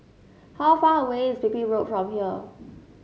how far away is Pipit Road from here